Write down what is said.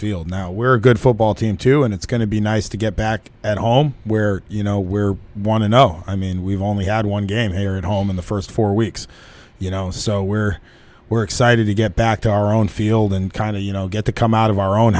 field now we're a good football team too and it's going to be nice to get back at home where you know we're want to know i mean we've only had one game here at home in the first four weeks you know so we're we're excited to get back to our own field and kind of you know get to come out of our own